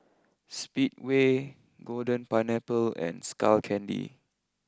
Speedway Golden Pineapple and Skull Candy